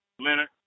Leonard